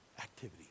activity